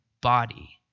body